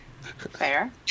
Fair